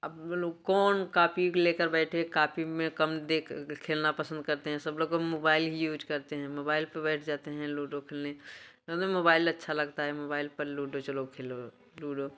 अब लोग कौन कापी को ले कर बैठे कापी में कम देख खेलना पसंद करते हैं सब लोग को मोबाइल ही यूज़ करते हैं मोबाइल पे बैठ जाते हैं लुडो खेलने मोबाइल अच्छा लगता है मोबाइल पर लुडो चलो खेलो लुडो